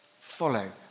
Follow